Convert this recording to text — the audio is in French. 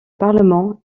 parlement